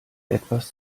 etwas